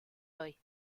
hoy